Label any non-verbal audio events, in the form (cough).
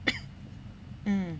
(coughs) mm